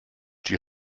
die